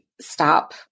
stop